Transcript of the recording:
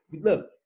Look